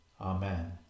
Amen